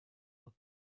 und